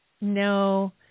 No